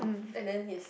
and then he's